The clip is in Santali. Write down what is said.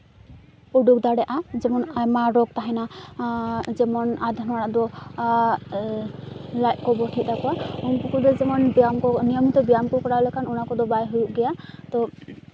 ᱩᱰᱩᱠ ᱫᱟᱲᱮᱭᱟᱜᱼᱟ ᱡᱮᱢᱚᱱ ᱟᱭᱢᱟ ᱨᱳᱜᱽ ᱛᱟᱦᱮᱱᱟ ᱡᱮᱢᱚᱱ ᱟᱫᱷᱮᱢ ᱦᱚᱲᱟᱜ ᱫᱚ ᱞᱟᱡ ᱠᱚ ᱵᱚᱴᱷᱮᱜ ᱛᱟᱠᱚᱣᱟ ᱩᱱᱠᱩ ᱠᱚᱫᱚ ᱡᱮᱢᱚᱱ ᱱᱤᱭᱚᱢᱤᱛᱚ ᱵᱮᱭᱟᱢ ᱠᱚ ᱠᱚᱨᱟᱣ ᱞᱮᱠᱷᱟᱱ ᱚᱱᱟ ᱠᱚᱫᱚ ᱵᱟᱭ ᱦᱩᱭᱩᱜ ᱜᱮᱭᱟ ᱛᱳ